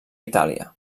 itàlia